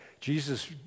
Jesus